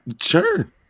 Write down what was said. Sure